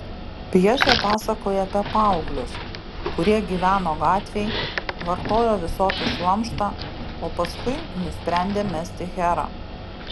pjesė pasakoja apie paauglius kurie gyveno gatvėj vartojo visokį šlamštą o paskui nusprendė mesti herą